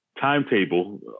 timetable